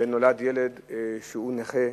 ונולד ילד שהוא נכה,